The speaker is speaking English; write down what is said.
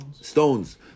stones